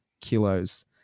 kilos